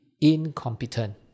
incompetent